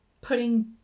putting